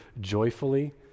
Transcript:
joyfully